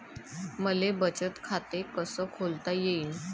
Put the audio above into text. मले बचत खाते कसं खोलता येईन?